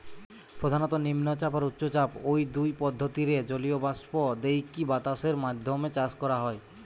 প্রধানত নিম্নচাপ আর উচ্চচাপ, ঔ দুই পদ্ধতিরে জলীয় বাষ্প দেইকি বাতাসের মাধ্যমে চাষ করা হয়